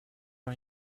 are